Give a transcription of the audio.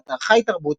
באתר חי תרבות,